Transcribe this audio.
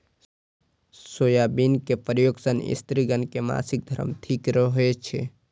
soybean के प्रयोग सं स्त्रिगण के मासिक धर्म ठीक रहै छै